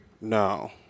No